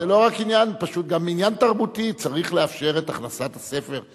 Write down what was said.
זה גם עניין תרבותי, צריך לאפשר את הכנסת הספר.